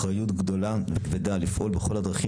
אחריות גדולה וכבדה לפעול בכל הדרכים